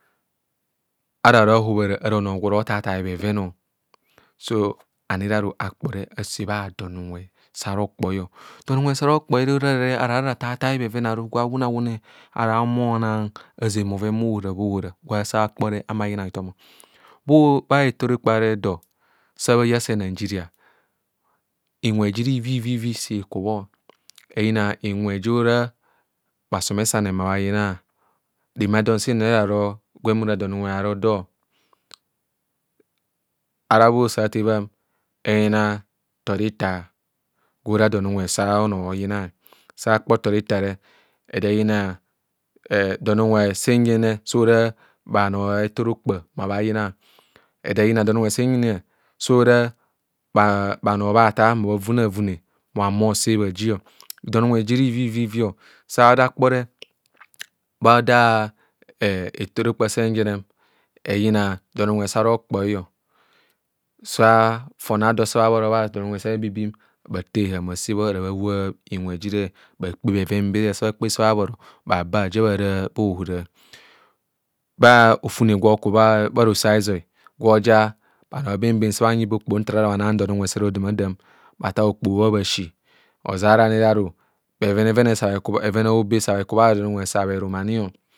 Ara ro ahobhara ono gwe oro othaathai bheven ọ so anire ani akpo re ase bha don unwe sa arokpoi ọ don unwe sa arokpoi re ora re ara a ra thaathai bheven aru baa awune awune ara ahumo anang azeng bhoven bhaohora bhaohora gwa asa kpore ahumo ayina hothom o. Bha reto rokpa ara eso sa bha see nigeria, inwe jire ivivivisa ikure. Oyina inwe je ors bhasom esane mma bhayina. Ara remadon seen sen bhora no gwem ora don bhusa a bhatheebha m, eyina toritha, gwe ora don unwe so ora ono amene oyina, so akpo toritha eda eyina don unwe senjene so ora bhanoo a reto rokpa ma bhayina. Ɛde eyina don unwe senjene so ora bhanoo bhaathai ma bhavube avube mabhahumo se baha ji. Don inwe jire ivivivi o sa ada kpore bho ado reto rokpa senjene, eyina don unwe sa a rojpos sa fon a do sa bha bhoro bha don unwe san ebibi m, bhathee heham bhasebho ara bha bhoa inwe jire. Bhakoe beven bere sa bhakpe sa bha bhoro bhaba bhajiang bhara bhaohora. Bha ojune gwe okubho bha rosoiʒoi gwe oja bani bem bem sabhanyi be okpoho nta ars bha nang don ubwe sarodamadam bhathaa okpoho bho bhasi ozeara ani ani bheven aibe sa bheku bha don unwe sa bherum ani.